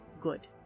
good